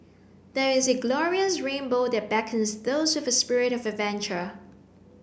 there is a glorious rainbow that beckons those with a spirit of adventure